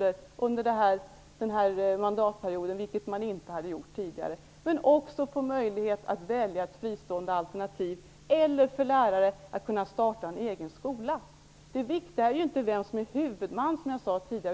vi under den här mandatperioden, vilket man inte har gjort tidigare, också utökat möjligheterna att välja kommunala skolor. Men man skall också ha möjlighet att kunna välja ett fristående alternativ. Lärare skall också ha möjlighet att kunna starta en egen skola. Det viktiga är inte vem som är huvudman, utan vad som är i skolan.